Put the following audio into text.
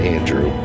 Andrew